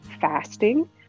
fasting